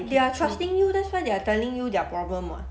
they are trusting you that is why they are telling you their problem [what]